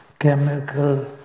Chemical